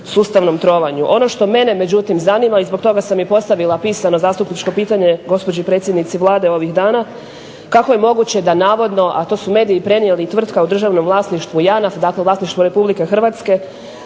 sustavnom trovanju. Ono što mene međutim zanima i zbog toga sam i postavila pisano zastupničko pitanje gospođi predsjednice Vlade ovih dana, kako je moguće da navodno, a to su mediji prenijeli, tvrtka u državnom vlasništvu JANAF, dakle u vlasništvu RH,